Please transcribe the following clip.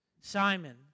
Simon